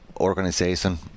organization